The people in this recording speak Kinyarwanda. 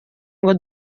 ngo